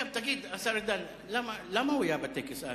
אגב, תגיד, השר ארדן, למה הוא היה בטקס אז?